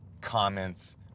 comments